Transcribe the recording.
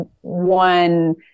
one